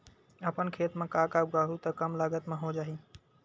अपन खेत म का का उगांहु त कम लागत म हो जाही?